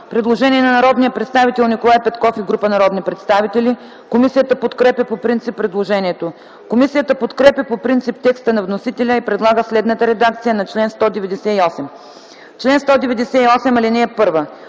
Предложение от народния представител Николай Петков и група народни представители за чл. 198. Комисията подкрепя по принцип предложението. Комисията подкрепя по принцип текста на вносителя и предлага следната редакция на чл. 198: „Чл. 198. (1)